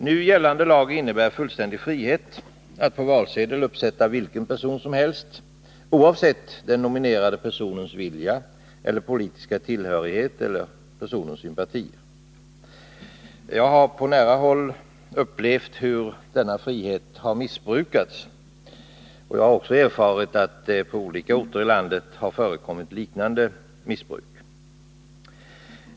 Nu gällande lag innebär fullständig frihet att på valsedel uppsätta vilken person som helst, oavsett den nominerade personens vilja, politiska tillhörighet eller personliga sympati. Jag har på nära håll upplevt hur denna frihet har missbrukats. Jag har också erfarit att det på olika orter i landet har förekommit liknande missbruk.